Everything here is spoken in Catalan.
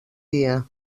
dia